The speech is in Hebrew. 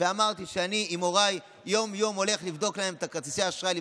ואמרתי שאני הולך יום-יום עם הוריי לבדוק להם את כרטיסי האשראי,